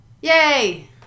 Yay